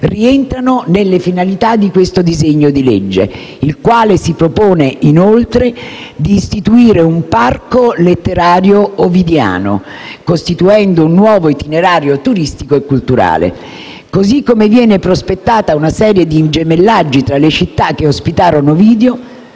rientrano nelle finalità di questo disegno di legge, che si propone inoltre di istituire un parco letterario ovidiano, costituendo un nuovo itinerario turistico e culturale. Viene altresì prospettata una serie di gemellaggi tra le città che ospitarono Ovidio: